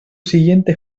siguiente